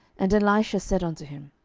and elisha said unto him,